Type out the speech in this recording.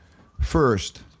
first,